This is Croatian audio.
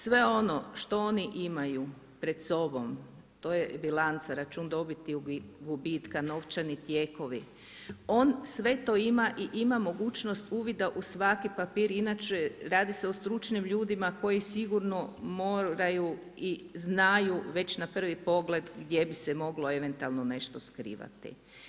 Sve ono što oni imaju pred sobom, to je bilanca račun dobiti i gubitka, novčani tijekovi on sve to ima i ima mogućnost uvida u svaki papir, inače radi se o stručnim ljudima koji sigurno moraju i znaju već na prvi pogled gdje bi se moglo eventualno nešto skrivati.